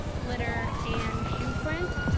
glitter and shoe prints.